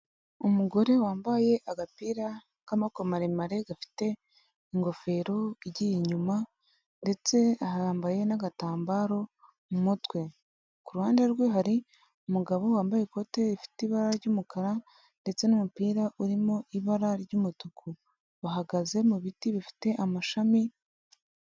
Umugore wambaye agapira k'amaboko maremare gafite ingofero igiye inyuma ndetse ahambaye n'agatambaro mu mutwe, ku ruhande rwe hari umugabo wambaye ikote rifite ibara ry'umukara ndetse n'umupira urimo ibara ry'umutuku, bahagaze mu biti bifite amashami.